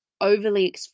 overly